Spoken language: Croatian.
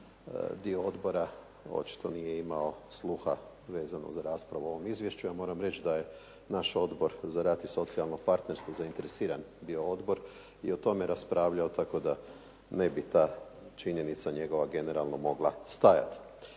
dio odbora očito nije imao sluha vezano za raspravu o ovom izvješću. Ja moram reći da je naš Odbor za rad i socijalno partnerstvo zainteresiran bio odbor i o tome raspravljao, tako da ne bi ta činjenica njegova generalno mogla stajati.